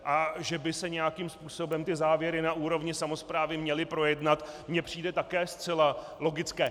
A že by se nějakým způsobem závěry na úrovni samosprávy měly projednat, mně přijde také zcela logické.